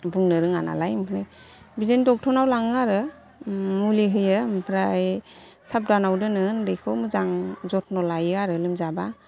बुंनो रोङा नालाय ओंखायनो बिदिनो दक्टरनाव लाङो आरो मुलि होयो ओमफ्राय साबदानाव दोनो उन्दैखौ मोजां जथ्न' लायो आरो लोमजाबा